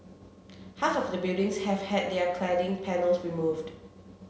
half of the buildings have had their cladding panels removed